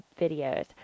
videos